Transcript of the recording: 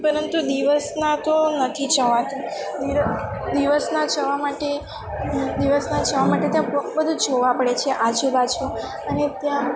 પરંતુ દિવસના તો નથી જવાતું દ દિવસના જવા માટે દિવસના જવા માટે તો બધું જોવું પડે છે આજુબાજુ અને ત્યાં